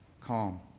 calm